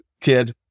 kid